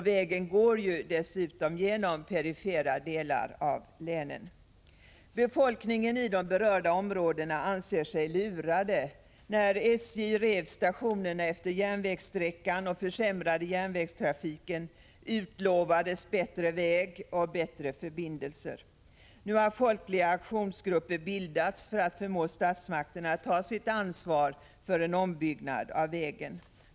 Vägen går dessutom genom perifera delar av länen. Befolkningen i de berörda områdena anser sig lurad. När SJ rev stationerna utefter järnvägssträckan och försämrade järnvägstrafiken, utlovades bättre väg och bättre förbindelser. Nu har folkliga aktionsgrupper bildats för att förmå statsmakterna att ta sitt ansvar för en ombyggnad av vägen.